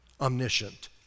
omniscient